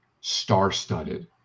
star-studded